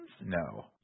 No